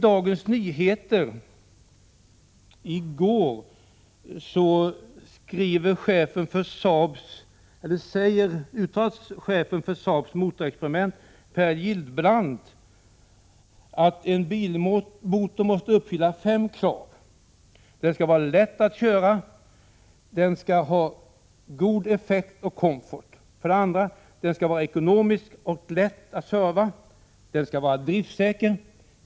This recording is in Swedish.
Chefen för Saabs motorexperiment Per Gillbrand säger i Dagens Nyheter i går att bilmotorn måste uppfylla fem krav: Den skall vara lätt att köra, ha god effekt och komfort. Den skall vara ekonomisk och lätt att serva. Den skall vara driftsäker.